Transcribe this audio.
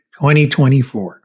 2024